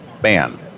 ban